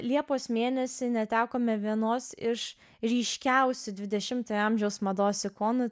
liepos mėnesį netekome vienos iš ryškiausių dvidešimtojo amžiaus mados ikonų